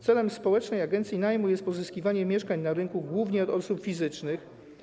Celem Społecznej Agencji Najmu jest pozyskiwanie mieszkań na rynku głównie od osób fizycznych.